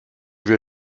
wir